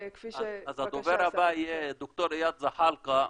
הדובר הבא יהיה ד"ר איאד זחאלקה,